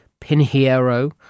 Pinheiro